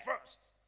first